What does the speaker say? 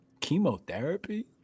chemotherapy